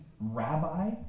rabbi